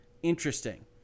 Interesting